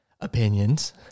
opinions